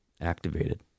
activated